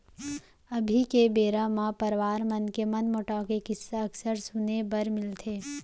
अभी के बेरा म परवार मन के मनमोटाव के किस्सा अक्सर सुने बर मिलथे